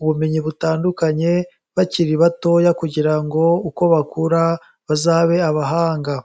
ubumenyi butandukanye bakiri batoya kugira ngo uko bakura bazabe abahanga.